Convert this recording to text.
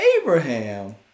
Abraham